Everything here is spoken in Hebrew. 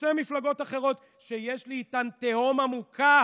שתי מפלגות אחרות, שיש לי איתן תהום עמוקה